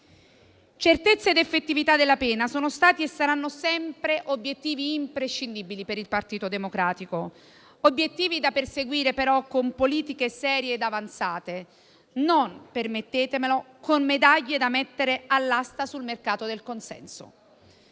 Certezza ed effettività della pena sono stati e saranno sempre obiettivi imprescindibili per il Partito Democratico; obiettivi da perseguire, però, con politiche serie ed avanzate, non - permettetemelo - con medaglie da mettere all'asta sul mercato del consenso.